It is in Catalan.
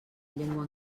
llengua